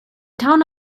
town